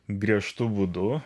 griežtu būdu